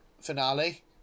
finale